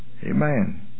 Amen